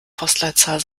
postleitzahl